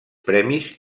premis